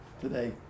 today